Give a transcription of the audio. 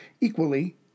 equally